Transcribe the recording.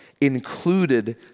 included